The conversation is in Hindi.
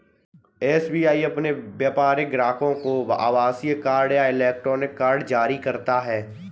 एस.बी.आई अपने व्यापारिक ग्राहकों को आभासीय कार्ड या इलेक्ट्रॉनिक कार्ड जारी करता है